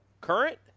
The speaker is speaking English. Current